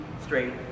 straight